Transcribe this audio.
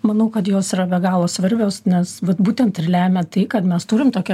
manau kad jos yra be galo svarbios nes vat būtent ir lemia tai kad mes turim tokią